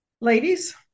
Ladies